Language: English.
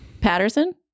Patterson